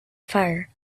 fire